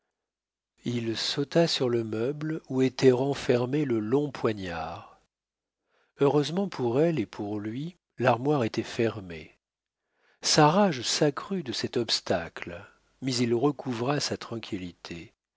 il sauta sur le meuble où était renfermé le long poignard heureusement pour elle et pour lui l'armoire était fermée sa rage s'accrut de cet obstacle mais il recouvra sa tranquillité